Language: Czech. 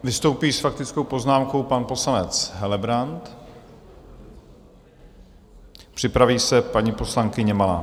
Vystoupí s faktickou poznámkou pan poslanec Helebrant, připraví se paní poslankyně Malá.